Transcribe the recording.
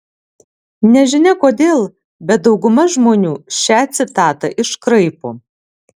nežinia kodėl bet dauguma žmonių šią citatą iškraipo